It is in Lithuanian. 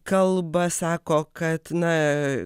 kalba sako kad na